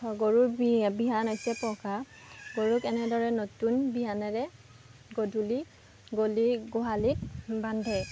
গৰুৰ বিহান হৈছে পঘা গৰুক এনেদৰে নতুন বিহানেৰে গোহালিত বান্ধে